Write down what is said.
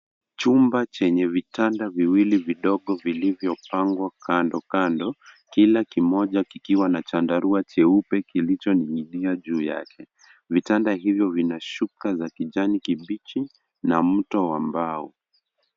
Chumba chenye vitanda viwili vidogo vilivyopangwa kando kando, kila kimoja kikiwa na chandarua cheupe kilichoning'inia juu yake. Vitanda hivyo vina shuka za kijani kibichi na mto wa mbao.